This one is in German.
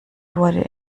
wurde